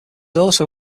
also